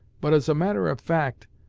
but, as a matter of fact,